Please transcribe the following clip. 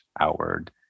outward